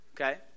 okay